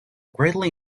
greatly